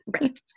Right